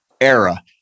era